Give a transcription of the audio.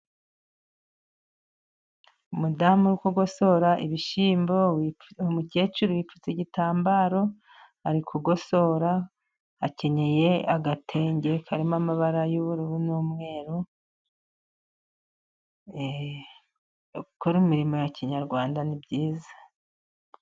Umudamu uri kogosora ibishyimbo, umukecuru wipfutse igitambaro ari kugosora, akenyeye agatenge karimo amabara y'ubururu n'umweru. Gukora imirimo ya kinyarwanda ni byiza.